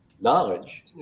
knowledge